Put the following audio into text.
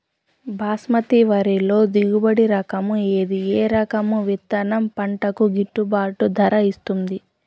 బాస్మతి వరిలో దిగుబడి రకము ఏది ఏ రకము విత్తనం పంటకు గిట్టుబాటు ధర ఇస్తుంది